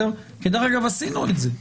דרך אגב, עשינו את זה.